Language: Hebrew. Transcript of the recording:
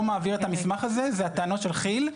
הסיבה לזה שמשרד האוצר לא מעביר את המסמך הזה זה הטענות של כי"ל.